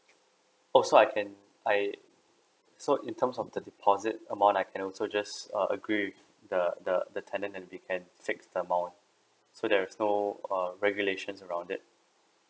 oh so I can I so in terms of the deposit amount I can also just uh agree with the the the talent and we can fix the amount so there's no err regulations around it